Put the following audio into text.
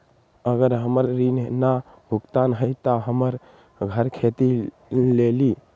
अगर हमर ऋण न भुगतान हुई त हमर घर खेती लेली?